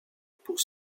pour